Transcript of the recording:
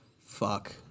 Fuck